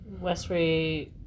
Westray